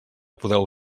podeu